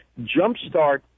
jumpstart